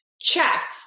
Check